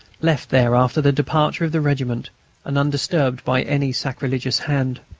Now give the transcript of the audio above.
left there after the departure of the regiment and undisturbed by any sacrilegious hand.